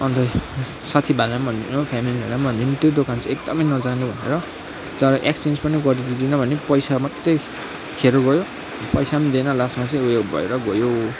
अन्त साथी भाइलाई पनि भनिदिनु फेमिलीहरूलाई पनि त्यो दोकान चाहिँ एकदमै नजानु भनेर तर एक्सचेन्ज पनि गरिदिँदिन भन्यो पैसा मात्रै खेरो गयो पैसा पनि दिएन लास्टमा चाहिँ उयो भएर गयो